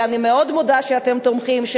ואני מאוד מודה על כך שאתם תומכים,